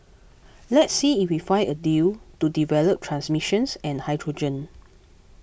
let's see if we find a deal to develop transmissions and hydrogen